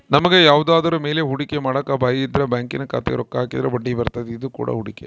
ನಮಗೆ ಯಾವುದರ ಮೇಲೆ ಹೂಡಿಕೆ ಮಾಡಕ ಭಯಯಿದ್ರ ಬ್ಯಾಂಕಿನ ಖಾತೆಗೆ ರೊಕ್ಕ ಹಾಕಿದ್ರ ಬಡ್ಡಿಬರ್ತತೆ, ಇದು ಕೂಡ ಹೂಡಿಕೆ